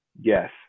Yes